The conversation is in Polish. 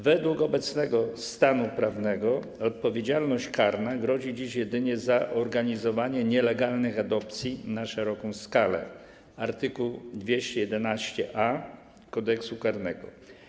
Według obecnego stanu prawnego odpowiedzialność karna grozi dziś jedynie za organizowanie nielegalnych adopcji na szeroką skalę - art. 211a Kodeksu karnego.